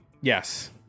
Yes